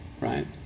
Right